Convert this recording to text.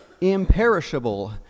Imperishable